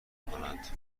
میکنند